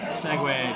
segue